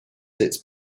its